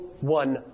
one